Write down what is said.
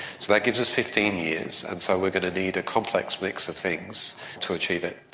that gives us fifteen years, and so we are going to need a complex mix of things to achieve it.